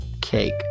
cake